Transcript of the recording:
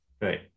Right